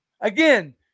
Again